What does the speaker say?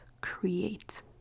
create